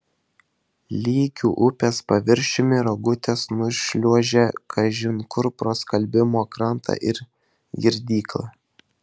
lygiu upės paviršium rogutės nušliuožia kažin kur pro skalbimo krantą ir girdyklą